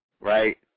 right